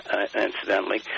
incidentally